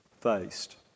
faced